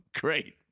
Great